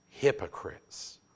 Hypocrites